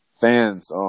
Fans